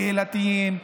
קהילתיים,